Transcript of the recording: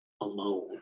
alone